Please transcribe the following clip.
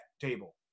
table